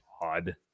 odd